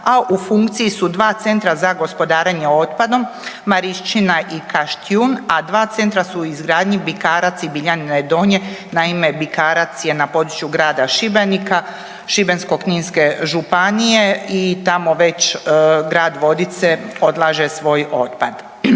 a u funkciji su 2 centra za gospodarenje otpadom Marinšćina i Kaštijun, a 2 centra su u izgradnji Bikarac i Biljane Donje. Naime, Bikarac je na području grada Šibenika, Šibensko-kninske županije i tamo već grad Vodice odlaže svoj otpad.